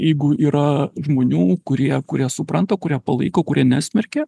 jeigu yra žmonių kurie kurie supranta kurie palaiko kurie nesmerkia